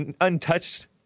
untouched